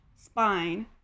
spine